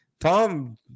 Tom